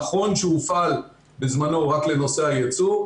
נכון שהוא הופעל בזמנו רק לנושא היצוא,